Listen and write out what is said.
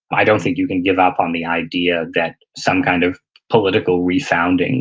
i don't think you can give up on the idea that some kind of political refounding